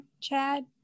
Chad